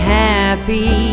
happy